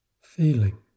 Feeling